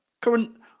Current